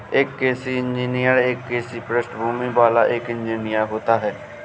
एक कृषि इंजीनियर एक कृषि पृष्ठभूमि वाला एक इंजीनियर होता है